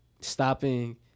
stopping